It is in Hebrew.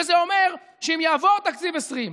וזה אומר שאם יעבור תקציב 2020,